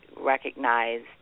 recognized